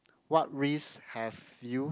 what risk have you